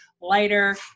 lighter